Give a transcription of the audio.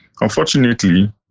Unfortunately